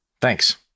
Thanks